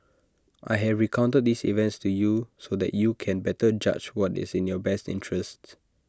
I have recounted these events to you so that you can better judge what is in your best interests